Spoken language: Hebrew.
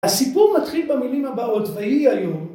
הסיפור מתחיל במילים הבאות, ויהי היום.